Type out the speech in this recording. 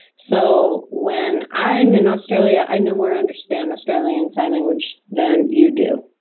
so when i am in australia i no more understand australian sign language than you do.